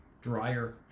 drier